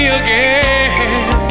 again